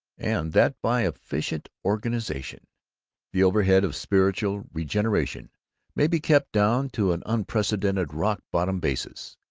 and that by efficient organization the overhead of spiritual regeneration may be kept down to an unprecedented rock-bottom basis.